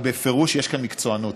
ובפירוש יש כאן מקצוענות.